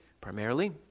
primarily